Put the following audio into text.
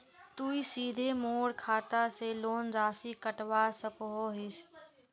तुई सीधे मोर खाता से लोन राशि कटवा सकोहो हिस?